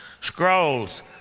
scrolls